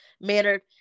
mannered